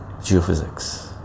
geophysics